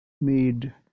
made